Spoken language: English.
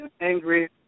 angry